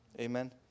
Amen